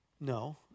No